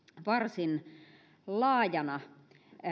varsin laajana